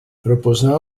proposar